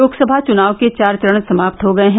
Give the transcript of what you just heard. लोकसभा चुनाव के चार चरण समाप्त हो गए हैं